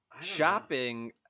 Shopping